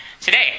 today